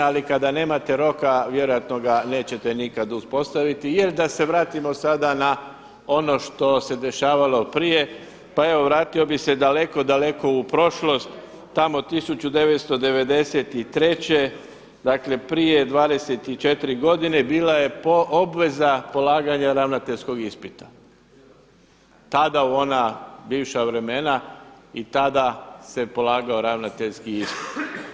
A kada nemate roka vjerojatno ga nikada nećete uspostaviti jer da se vratimo sada na ono što se dešavalo prije, pa evo vratio bih se daleko, daleko u prošlost tamo 1993. dakle prije 24 godine bila je obveza polaganja ravnateljskog ispita, tada u ona bivša vremena i tada se polagao ravnateljski ispit.